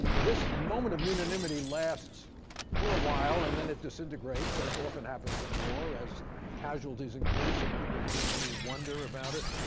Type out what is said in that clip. this moment of unanimity lasts for a while and then it disintegrates, as often happens in war, as casualties increase and people begin to wonder about it.